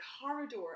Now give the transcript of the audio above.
corridor